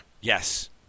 Yes